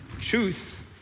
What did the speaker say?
Truth